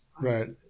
right